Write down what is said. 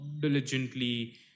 diligently